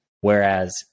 Whereas